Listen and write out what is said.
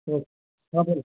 हा बोल